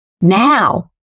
now